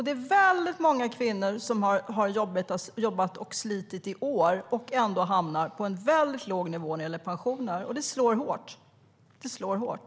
Det är många kvinnor som har jobbat och slitit i åratal och som hamnar på en väldigt låg pensionsnivå, och det slår hårt.